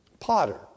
Potter